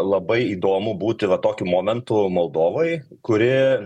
labai įdomu būti va tokiu momentu moldovoj kuri